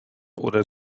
oder